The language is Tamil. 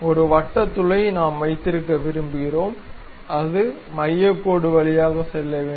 ஒரு வட்ட துளை நாம் வைத்திருக்க விரும்புகிறோம் அது மையக் கோடு வழியாகச் செல்ல வேண்டும்